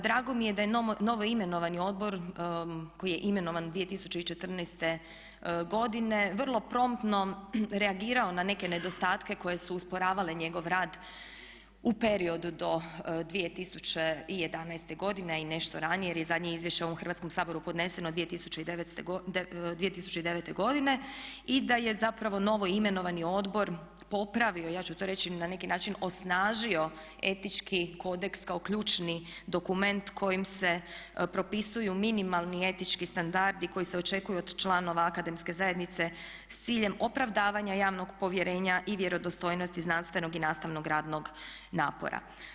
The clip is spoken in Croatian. Drago mi je da je novoimenovani odbor koji je imenovan 2014. godine vrlo promptno reagirao na neke nedostatke koji su usporavali njegov rad u periodu do 2011. godine a i nešto ranije jer je zadnje izvješće ovom Hrvatskom saboru podneseno 2009. godine i da je zapravo novoimenovani odbor popravio ja ću to reći na neki način osnažio etički kodeks kao ključni dokument kojim se propisuju minimalni etički standardi koji se očekuju od članova akademske zajednice sa ciljem opravdavanja javnog povjerenja i vjerodostojnosti znanstvenog i nastavnog radnog napora.